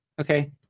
Okay